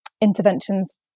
interventions